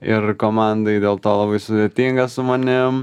ir komandai dėl to labai sudėtinga su manim